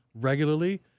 regularly